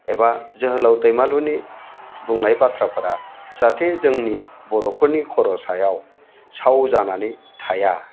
एबा जोहोलाव दैमालुनि बुंनाय बाथ्राफोरा जाहाथे जोंनि बर'फोरनि खर' सायाव साव जानानै थाया